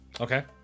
Okay